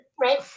right